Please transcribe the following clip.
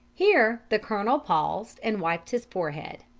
here the colonel paused and wiped his forehead.